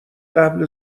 قبل